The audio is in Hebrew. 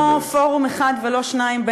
לא פורום אחד ולא שניים,